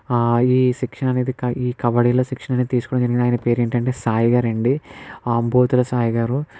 ఈ శిక్షణ అనేది ఈ కబడ్డీలో శిక్షణ అనేది తీసుకోవడం జరిగింది ఆయన పేరు ఏంటంటే సాయి గారు అండి ఆంబోతుల సాయి గారు